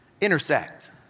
intersect